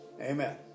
amen